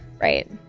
right